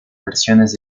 versiones